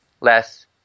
less